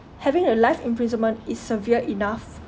having a life imprisonment is severe enough